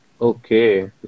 Okay